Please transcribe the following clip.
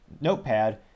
notepad